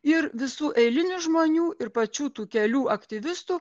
ir visų eilinių žmonių ir pačių tų kelių aktyvistų